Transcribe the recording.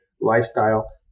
lifestyle